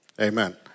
Amen